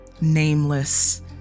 nameless